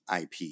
IP